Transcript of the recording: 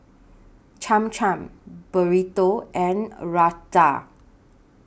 Cham Cham Burrito and Raita